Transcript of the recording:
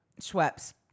Schweppes